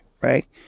right